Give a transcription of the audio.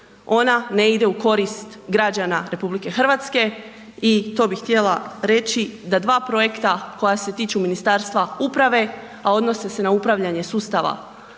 ona ne ide u korist građana RH. I to bih htjela reći da dva projekta koja se tiču Ministarstva uprave a odnose se na upravljanje sustava,